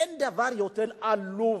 אין דבר יותר עלוב,